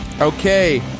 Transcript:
Okay